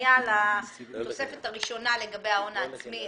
הפניה לתוספת הראשונה לגבי ההון העצמי.